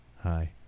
Hi